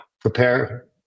prepare